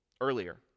earlier